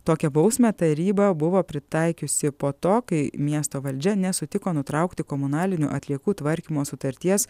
tokią bausmę taryba buvo pritaikiusi po to kai miesto valdžia nesutiko nutraukti komunalinių atliekų tvarkymo sutarties